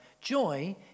Joy